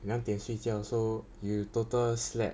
两点睡觉 so you total slack